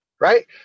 right